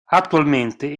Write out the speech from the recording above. attualmente